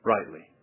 Rightly